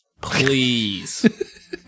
Please